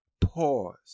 pause